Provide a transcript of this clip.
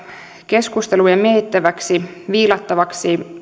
keskusteluissa mietittäväksi viilattavaksi